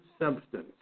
substance